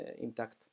intact